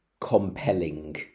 compelling